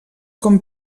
com